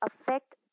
affect